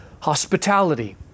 hospitality